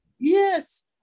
yes